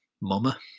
mama